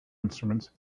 instruments